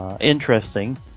Interesting